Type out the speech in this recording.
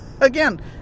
Again